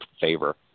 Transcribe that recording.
favor